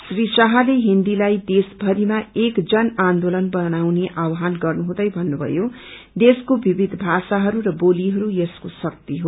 श्री शाहले हिन्दीलाई देशभरीमा एक जन आन्दोलन बनाउने आहवान गर्नुहुँदै भन्नुभयो देशको बिबिध भाषाहरू र बोलिहरू यसको शक्ति हो